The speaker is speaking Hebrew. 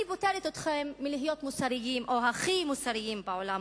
אני פוטרת אתכם מלהיות מוסריים או הכי מוסריים בעולם.